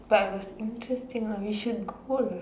but it was interesting lah we should go and